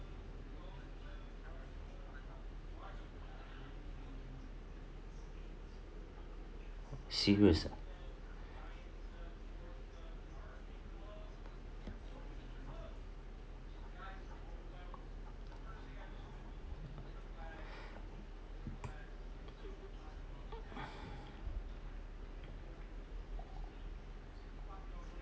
serious ah